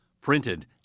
printed